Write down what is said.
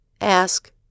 Ask